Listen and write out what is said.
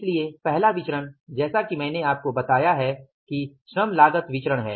इसलिए पहला विचरण जैसा कि मैंने आपको बताया है कि श्रम लागत विचरण है